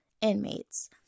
inmates